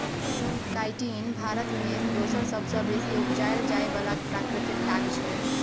chitin Bharat मे दोसर सबसँ बेसी उपजाएल जाइ बला प्राकृतिक ताग छै